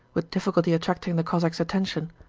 with difficulty attracting the cossacks' attention.